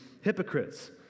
hypocrites